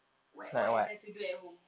what what is there to do at home